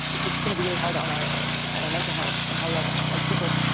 this is gonna be really hard on our on our mental health and how we are as people.